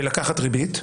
מלקחת ריבית.